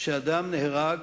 שאדם נהרג,